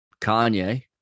kanye